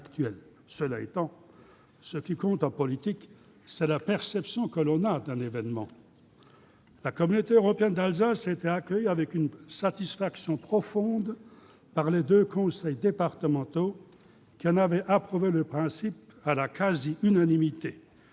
collectivité. Ce qui compte en politique, c'est la perception que l'on a d'un événement. À cet égard, la Collectivité européenne d'Alsace a été accueillie avec une satisfaction profonde par les deux conseils départementaux, qui en avaient approuvé le principe à la quasi-unanimité-